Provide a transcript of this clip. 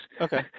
Okay